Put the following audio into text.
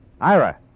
Ira